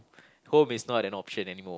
home is not an option anymore